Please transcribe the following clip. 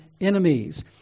enemies